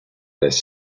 les